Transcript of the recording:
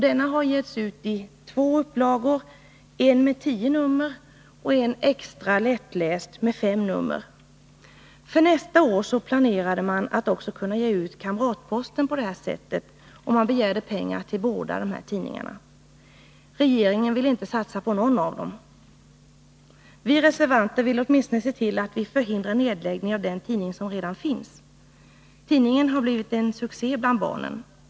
Denna har getts ut i två upplagor, en med tio nummer och en extra lättläst med fem nummer. För nästa år planerade man att också kunna ge ut Kamratposten på detta sätt, och man begärde pengar till båda tidningarna. Regeringen vill inte satsa på någon av dem. Vi reservanter vill åtminstone se till att vi förhindrar nedläggning av den tidning som redan finns. Tidningen har blivit en succé bland barnen.